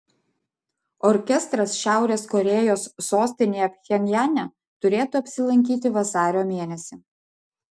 orkestras šiaurės korėjos sostinėje pchenjane turėtų apsilankyti vasario mėnesį